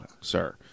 sir